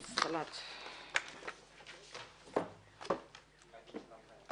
הישיבה ננעלה בשעה 12:00.